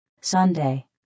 Sunday